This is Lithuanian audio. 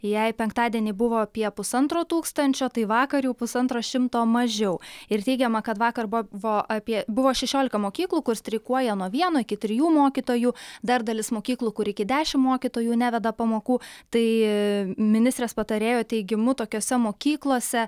jei penktadienį buvo apie pusantro tūkstančio tai vakar jau pusantro šimto mažiau ir teigiama kad vakar buvo apie buvo šešiolika mokyklų kur streikuoja nuo vieno iki trijų mokytojų dar dalis mokyklų kur iki dešimt mokytojų neveda pamokų tai ministrės patarėjo teigimu tokiose mokyklose